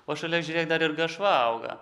o šalia žiūrėk dar ir garšva auga